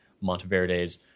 Monteverde's